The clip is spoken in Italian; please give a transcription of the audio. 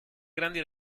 grandi